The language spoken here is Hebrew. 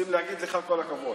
רוצים להגיד לך כל הכבוד.